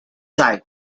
side